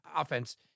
offense